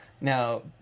Now